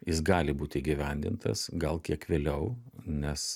jis gali būti įgyvendintas gal kiek vėliau nes